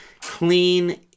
Clean